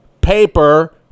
paper